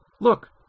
look